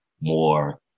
more